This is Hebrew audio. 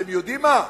אתם יודעים מה?